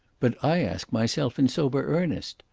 but i ask myself in sober earnest,